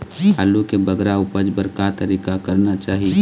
आलू के बगरा उपज बर का तरीका करना चाही?